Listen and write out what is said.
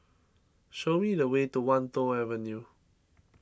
show me the way to Wan Tho Avenue